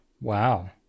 Wow